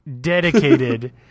dedicated